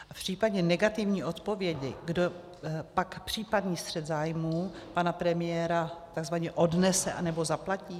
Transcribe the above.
A v případě negativní odpovědi, kdo pak případný střet zájmů pana premiéra takzvaně odnese anebo zaplatí?